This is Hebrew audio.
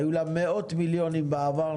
היו לה מאות מיליונים בעבר,